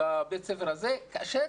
בבית הספר הזה, כאשר